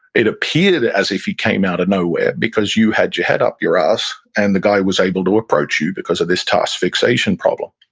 it appeared as if he came out of nowhere because you had your head up your ass and the guy was able to approach you because of this task fixation problem.